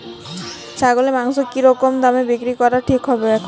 ছাগলের মাংস কী রকম দামে বিক্রি করা ঠিক হবে এখন?